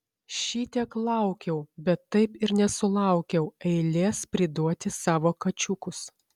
šitiek laukiau bet taip ir nesulaukiau eilės priduoti savo kačiukus